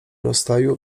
rozstaju